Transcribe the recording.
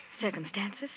Circumstances